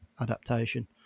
adaptation